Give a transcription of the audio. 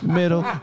middle